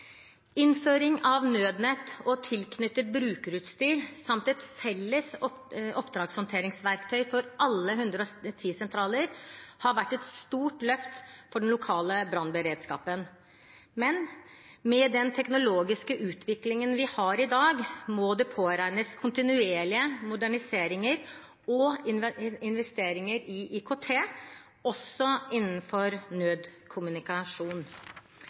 Innføring av nødnett og tilknyttet brukerutstyr samt et felles oppdragshåndteringsverktøy for alle 110-sentraler har vært et stort løft for den lokale brannberedskapen. Men med den teknologiske utviklingen vi har i dag, må det påregnes kontinuerlige moderniseringer og investeringer i IKT, også innenfor nødkommunikasjon.